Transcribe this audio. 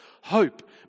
hope